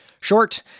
short